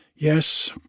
Yes